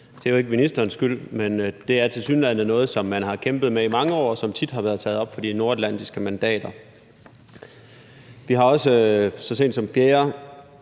Det er jo ikke ministerens skyld, men det er tilsyneladende noget, som man har kæmpet med i mange år, og som tit har været taget op af de nordatlantiske mandater. Og så sent som den